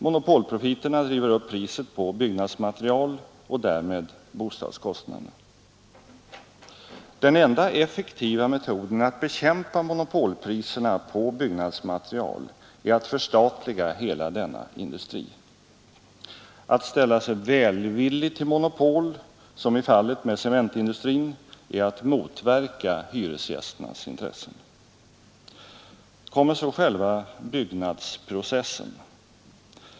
Monopolprofiterna driver upp priset på byggnadsmaterial och därmed bostadskostnaderna. Den enda effektiva metoden att bekämpa monopolpriserna på byggnadsmaterial är att förstatliga hela denna industri. Att ställa sig välvillig till monopol, som i fallet med cementindustrin, är att motverka hyresgästernas intressen. Kommer så själva byggnadsprocessen.